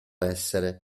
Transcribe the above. essere